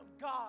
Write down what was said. God